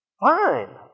Fine